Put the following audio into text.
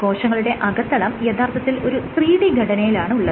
കോശങ്ങളുടെ അകത്തളം യഥാർത്ഥത്തിൽ ഒരു 3 D ഘടനയിലാണുള്ളത്